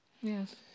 Yes